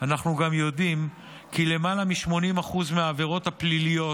אנחנו יודעים כי למעלה מ-80% מהעבירות הפליליות